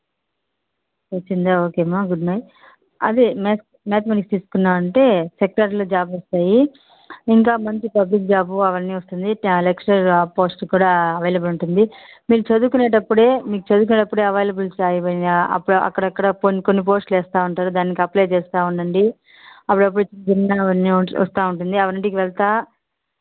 వచ్చిందా ఓకే అమ్మ good one అదే మ్యాథమేటిక్స్ తీసుకున్నావంటే సెక్టార్లో జాబ్ వస్తాయి ఇంకా మంచి పబ్లిక్ జాబ్ అవన్నీ వస్తుంది టాలెక్స్ ఆ పోస్ట్ కూడా అవైలబుల్ ఉంటుంది మీరు చదువుకునేటప్పుడే మీరు చదువుకునే అప్పుడే ఆవైలబుల్ అవి అక్కడక్కడ కొన్ని కొన్ని పోస్ట్లు వేస్తూ ఉంటారు దానికి అప్లై చేస్తూ ఉండండి అప్పుడప్పుడు వస్తూ ఉంటుంది అవన్నిటికీ వెళ్తూ